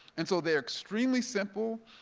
and so they're extremely simple,